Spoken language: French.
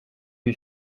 lui